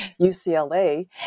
UCLA